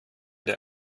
der